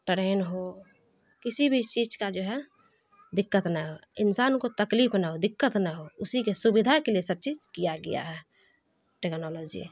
train ہو کسی بھی چیز کا جو ہے دقت نہ ہو انسان کو تکلیف نہ ہو دقت نہ ہو اسی کے سویدھا کے لیے سب چیز کیا گیا ہے ٹیکنالوجی